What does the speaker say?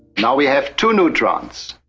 now we have two neutrons.